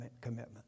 commitment